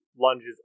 lunges